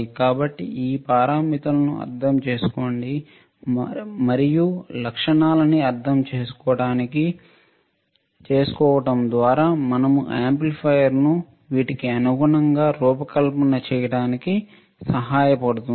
కాబట్టి ఈ పారామితులను అర్థం చేసుకోండి మరియు లక్షణాలని అర్థం చేసుకోవడం ద్వారా మనము యాంప్లిఫైయర్ ను వీటికి అనుగుణంగా రూపకల్పన చేయడానికి సహాయపడుతుంది